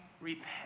repent